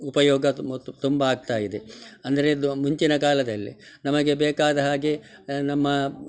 ಉಪಯೋಗ ಮತ್ತು ತುಂಬ ಆಗ್ತಾಯಿದೆ ಅಂದರೆ ಇದು ಮುಂಚಿನ ಕಾಲದಲ್ಲಿ ನಮಗೆ ಬೇಕಾದ ಹಾಗೆ ನಮ್ಮ